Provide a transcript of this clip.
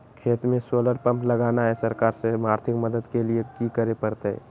खेत में solar pump लगाना है, सरकार से आर्थिक मदद के लिए की करे परतय?